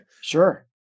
Sure